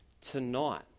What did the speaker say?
tonight